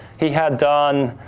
he had done